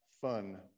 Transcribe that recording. fun